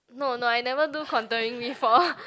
no no I never do contouring before